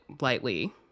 lightly